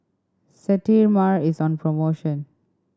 sterimar is on promotion